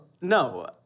No